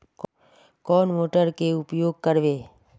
कौन मोटर के उपयोग करवे?